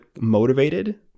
motivated